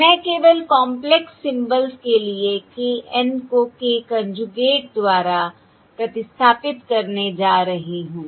मैं केवल complex symbols के लिए k N को k कोंजूगेट द्वारा प्रतिस्थापित करने जा रही हूँ